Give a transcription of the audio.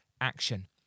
action